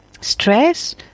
stress